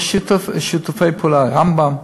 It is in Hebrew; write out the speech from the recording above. רמב"ם,